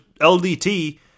LDT